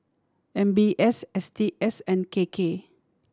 M B S S T S and K K